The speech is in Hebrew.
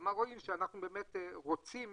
רואים שאנחנו באמת רוצים